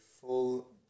full